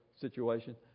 situation